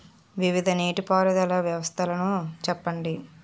వివిధ నీటి పారుదల వ్యవస్థలను చెప్పండి?